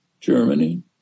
Germany